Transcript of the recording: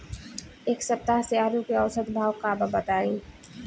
एक सप्ताह से आलू के औसत भाव का बा बताई?